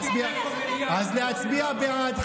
אז להצביע בעד,